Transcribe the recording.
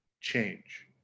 change